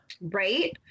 Right